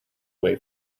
away